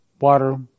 water